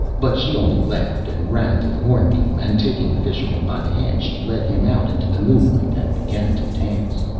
but she only laughed, and ran to the hornbeam, and taking the fisherman by the hand she led him out into the moonlight and began to dance.